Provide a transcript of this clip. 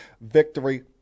victory